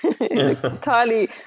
entirely